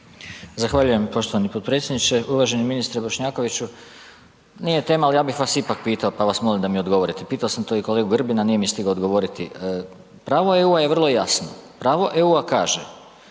Zahvaljujem poštovani potpredsjedniče. Uvaženi ministre Bošnjakvoiću, nije tema ali ja bih vas ipak pitao pa vas molim da mi odgovorite, pitao sam to i kolegu Grbinu, nije mi stigao odgovoriti. Pravo EU-a je vrlo jasno, pravo EU-a kaže